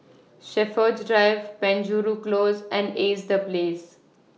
Shepherds Drive Penjuru Close and Ace The Place